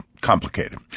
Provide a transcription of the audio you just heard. complicated